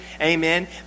Amen